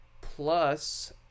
Plus